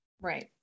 Right